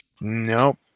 Nope